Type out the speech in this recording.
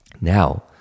Now